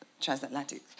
transatlantic